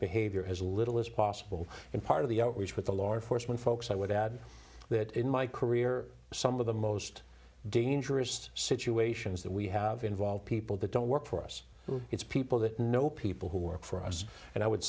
behavior as little as possible and part of the outreach with the law enforcement folks i would add that in my career some of the most dangerous situations that we have involved people that don't work for us it's people that know people who work for us and i would